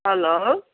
hello